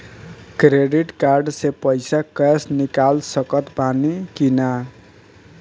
Credit card से पईसा cash निकाल सकत बानी की ना?